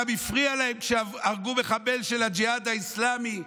גם הפריע להם שהרגו מחבל של הג'יהאד האסלאמי,